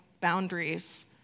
boundaries